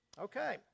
Okay